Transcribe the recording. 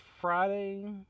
Friday